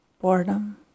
boredom